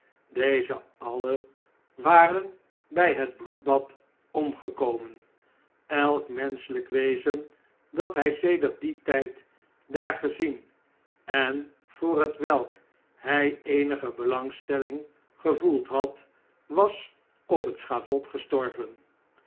deze alien waren bjj het bloedbad omgekomen elk menscheljjk wezen dathjj sedert dien ttjd daar gezien en voor hetwelk hjj eenige belangstelling gevoeld had was op het schavot gestorven